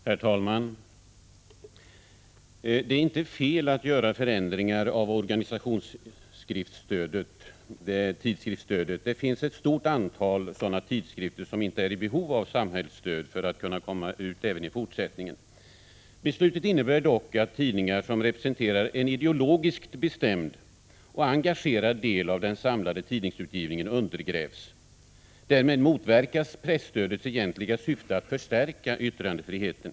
Herr talman! Det är inte fel att göra förändringar av organisationstidskriftsstödet. Det finns ett stort antal sådana tidskrifter som inte är i behov av samhällsstöd för att kunna komma ut även i fortsättningen. Beslutet innebär dock att tidningar som representerar en ideologiskt bestämd och engagerad del av den samlade tidningsutgivningen undergrävs. Därmed motverkas presstödets egentliga syfte att förstärka yttrandefriheten.